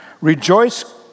Rejoice